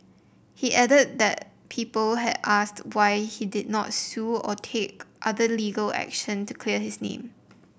he added that people had asked why he did not sue or take other legal action to clear his name